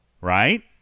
right